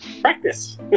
Practice